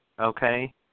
Okay